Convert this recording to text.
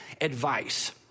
advice